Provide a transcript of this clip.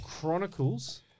Chronicles